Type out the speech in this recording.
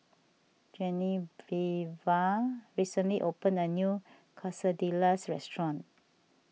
Genoveva recently opened a new Quesadillas restaurant